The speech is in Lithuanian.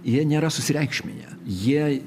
jie nėra susireikšminę jie